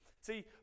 see